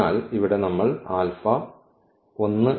അതിനാൽ ഇവിടെ നമ്മൾ ആൽഫ 1